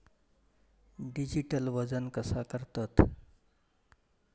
Digital वजन कसा करतत?